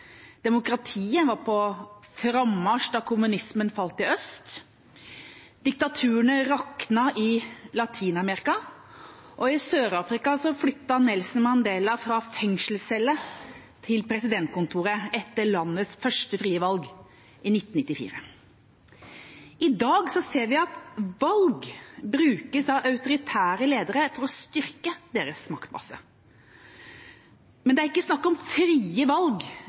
Demokratiet var på frammarsj da kommunismen falt i øst, diktaturene raknet i Latin-Amerika, og i Sør-Afrika flyttet Nelson Mandela fra en fengselscelle til presidentkontoret etter landets første frie valg i 1994. I dag ser vi at valg brukes av autoritære ledere til å styrke deres maktbase. Men det er ikke snakk om frie valg